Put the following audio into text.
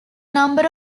number